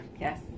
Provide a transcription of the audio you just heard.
Yes